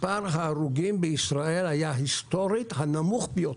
מספר ההרוגים בישראל היה היסטורית הנמוך ביותר.